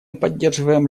поддерживаем